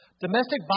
domestic